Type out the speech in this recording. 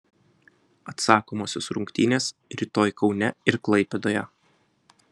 atsakomosios rungtynės rytoj kaune ir klaipėdoje